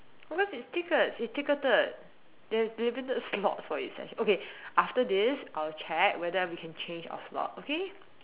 of course it's tickets it's ticketed there there's limited slots for each session okay after this I'll check whether we can change our slot okay